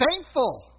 thankful